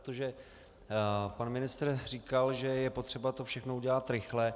Protože pan ministr říkal, že je potřeba to všechno udělat rychle.